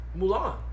Mulan